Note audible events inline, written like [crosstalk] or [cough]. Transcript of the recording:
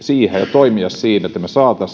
siihen ja toimia siinä että me saisimme [unintelligible]